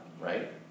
right